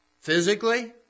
physically